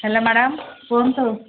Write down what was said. hello madam କୁହନ୍ତୁ